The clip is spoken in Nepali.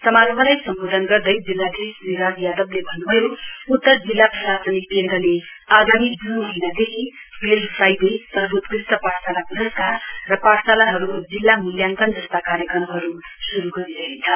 समारोहलाई सम्बोधन गर्दै जिल्लाधीश श्री राज यादवले भन्नुभयो उत्तर जिल्ला प्रशासनिक केन्द्रले आगामी जून महीनादेखि फिल्ड फ्राइडे सर्वोत्कृष्ट पाठशाला प्रस्कार र पाठशालाहरूको जिल्ला मूल्याङ्कन जस्ता कार्यक्रमहरू शुरू गरिरहेछ